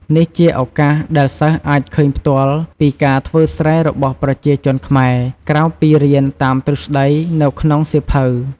នេះជាឱកាសដែលសិស្សអាចឃើញផ្ទាល់ពីការធ្វើស្រែរបស់ប្រជាជនខ្មែរ ក្រៅពីរៀនតាមទ្រឹស្តីនៅក្នុងសៀវភៅ។